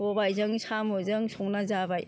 सबायजों साम'जों संना जाबाय